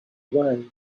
away